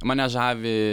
mane žavi